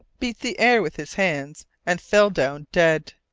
beat the air with his hands, and fell down dead.